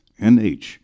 NH